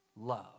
love